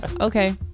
okay